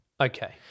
Okay